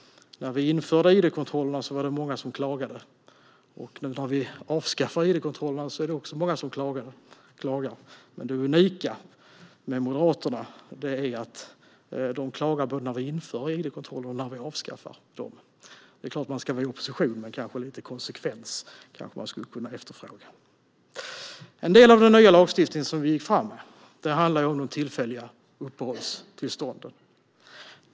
När vi införde id-kontrollerna var det många som klagade. När vi avskaffar id-kontrollerna är det också många som klagar. Men det unika med Moderaterna är att de klagar både när vi inför id-kontroller och när vi avskaffar dem. Det är klart att man ska vara i opposition, men lite konsekvens skulle kanske kunna efterfrågas. En del av den nya lagstiftning som vi gick fram med handlar om de tillfälliga uppehållstillstånden.